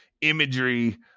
imagery